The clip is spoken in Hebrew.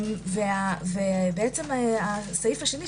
הסעיף השני,